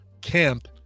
camp